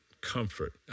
comfort